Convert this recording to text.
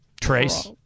Trace